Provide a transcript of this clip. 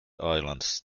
islands